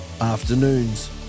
Afternoons